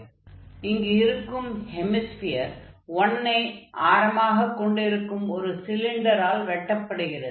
ஆகையால் இங்கு இருக்கும் ஹெமிஸ்பியர் 1 ஐ ஆரமாக கொண்டிருக்கும் ஒரு சிலிண்டரால் வெட்டப்படுகிறது